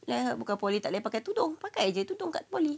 let her bukan poly tak boleh pakai tudung pakai jer tudung kat poly